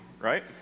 right